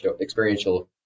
experiential